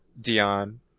Dion